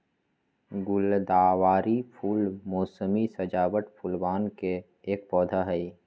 गुलदावरी फूल मोसमी सजावट फूलवन के एक पौधा हई